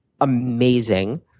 amazing